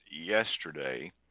yesterday